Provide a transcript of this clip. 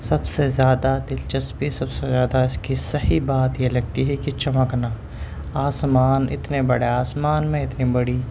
سب سے زیادہ دلچسپی سب سے زیادہ اس کی صحیح بات یہ لگتی ہے کہ چمکنا آسمان اتنے بڑے آسمان میں اتنی بڑی